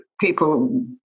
people